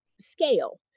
scale